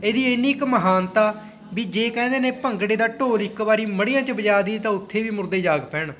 ਇਹਦੀ ਇੰਨੀ ਕੁ ਮਹਾਨਤਾ ਵੀ ਜੇ ਕਹਿੰਦੇ ਨੇ ਭੰਗੜੇ ਦਾ ਢੋਲ ਇੱਕ ਵਾਰੀ ਮੜੀਆਂ 'ਚ ਵਜਾਦੀਏ ਤਾਂ ਉੱਥੇ ਵੀ ਮੁਰਦੇ ਜਾਗ ਪੈਣ